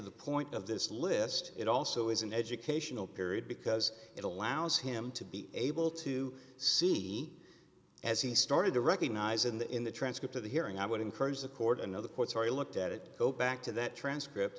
the point of this list it also is an educational period because it allows him to be able to see as he started to recognize in the in the transcript of the hearing i would encourage the court another court sorry looked at it go back to that transcript